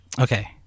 Okay